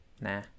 nah